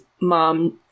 mom